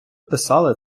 писали